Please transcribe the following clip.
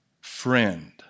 friend